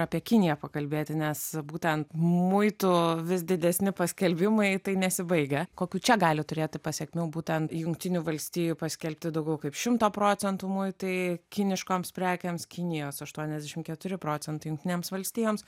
apie kiniją pakalbėti nes būtent muitų vis didesni paskelbimai tai nesibaigia kokių čia gali turėti pasekmių būtent jungtinių valstijų paskelbti daugiau kaip šimto procentų muitai kiniškoms prekėms kinijos aštuoniasdešim keturi procentai jungtinėms valstijoms